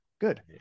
Good